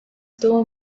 still